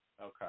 Okay